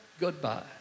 goodbye